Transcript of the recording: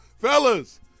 Fellas